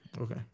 Okay